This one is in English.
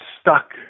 stuck